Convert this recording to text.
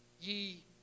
ye